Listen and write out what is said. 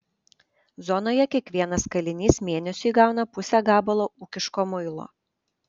zonoje kiekvienas kalinys mėnesiui gauna pusę gabalo ūkiško muilo